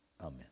Amen